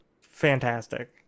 fantastic